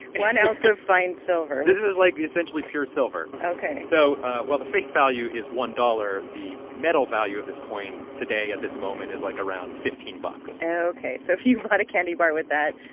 one ounce of fine silver this is, like, essentially pure silver ok so while the face value is one dollars, the metal value of this coin today, at this moment, is, like, around fifteen bucks and ok. so if you bought a candy bar with that,